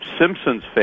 Simpsons